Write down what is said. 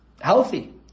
healthy